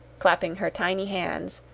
clapping her tiny hands,